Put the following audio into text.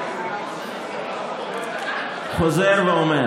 אני חוזר ואומר